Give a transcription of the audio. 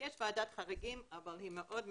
יש ועדת חריגים, אבל היא מאוד מצומצמת.